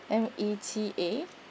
M E T A